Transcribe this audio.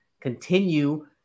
continue